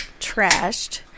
trashed